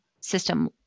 system